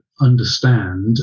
understand